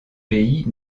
pays